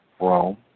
Rome